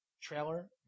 Trailer